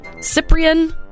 Cyprian